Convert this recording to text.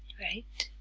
right,